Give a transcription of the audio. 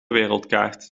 wereldkaart